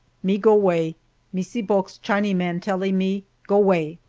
me go way missee bulk's chinee-man tellee me go way.